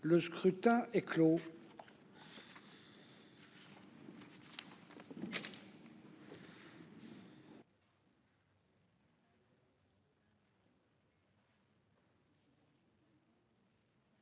Le scrutin est clos.